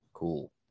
Cool